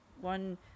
One